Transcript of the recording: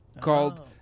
called